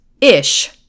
ish